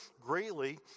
greatly